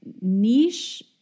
niche